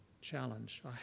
challenge